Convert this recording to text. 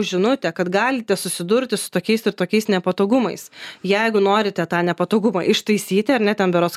žinutę kad galite susidurti su tokiais ir tokiais nepatogumais jeigu norite tą nepatogumą ištaisyti ar ne ten berods